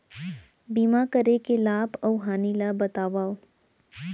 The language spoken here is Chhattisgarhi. बीमा करे के लाभ अऊ हानि ला बतावव